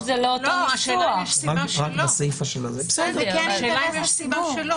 --- במהות זה לא ------ השאלה אם יש סיבה שלא.